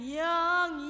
young